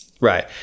Right